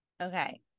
Okay